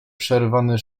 przerywany